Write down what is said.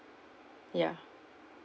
ya